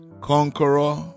Conqueror